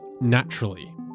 naturally